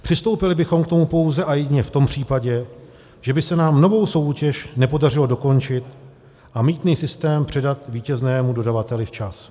Přistoupili bychom k tomu pouze a jedině v tom případě, že by se nám novou soutěž nepodařilo dokončit a mýtný systém předat vítěznému dodavateli včas.